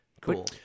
cool